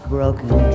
Broken